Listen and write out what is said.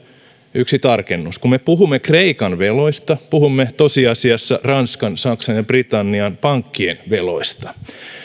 yksi tarkennus kun me puhumme kreikan veloista puhumme tosiasiassa ranskan saksan ja britannian pankkien veloista